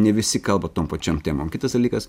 ne visi kalba tom pačiom temom kitas dalykas